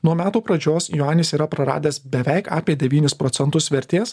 nuo metų pradžios juanis yra praradęs beveik apie devynis procentus vertės